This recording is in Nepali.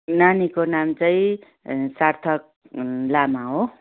नानीको नाम चाहिँ सार्थक लामा हो